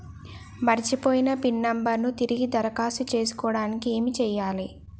మర్చిపోయిన pin number ను తిరిగి దరఖాస్తు చేసుకోవడానికి ఏమి చేయాలే?